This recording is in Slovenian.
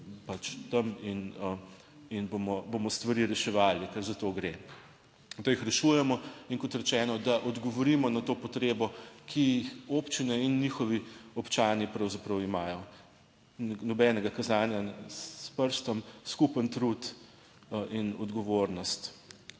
pač tam in bomo stvari reševali, ker za to gre. In to jih rešujemo, in kot rečeno, da odgovorimo na to potrebo, ki jih občine in njihovi občani pravzaprav imajo: nobenega kazanja s prstom, skupen trud in odgovornost.